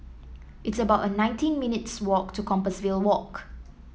it's about nineteen minutes' walk to Compassvale Walk